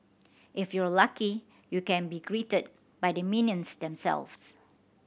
if you're lucky you can be greeted by the minions themselves